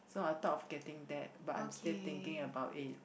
so I thought of getting that but I'm still thinking about it